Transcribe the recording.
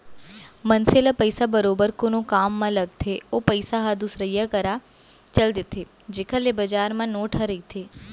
मनसे ल पइसा बरोबर कोनो काम म लगथे ओ पइसा ह दुसरइया करा चल देथे जेखर ले बजार म नोट ह रहिथे